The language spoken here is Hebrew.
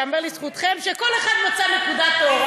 ייאמר לזכותכם שכל אחד מצא נקודת אור.